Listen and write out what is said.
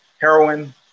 heroin